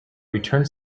returned